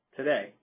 Today